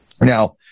Now